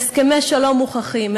בהסכמי שלום מוכחים,